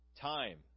Time